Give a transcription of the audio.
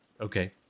Okay